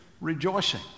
rejoicing